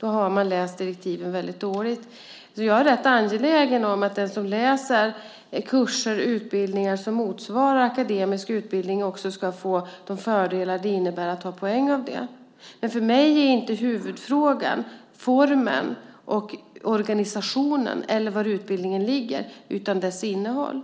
bara säga, läst direktiven väldigt dåligt. Jag är rätt angelägen om att den som läser kurser och utbildningar som motsvarar akademisk utbildning också ska få de fördelar det innebär att ta poäng. För mig är inte huvudfrågan formen och organisationen eller var utbildningen ligger utan dess innehåll.